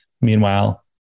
meanwhile